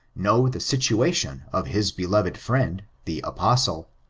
know the situation of his beloved friend, the apostle,